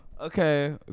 Okay